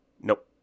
Nope